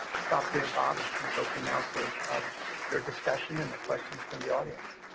stop there bob and turn it open now for um your discussion and the questions from the audience.